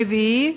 רביעי,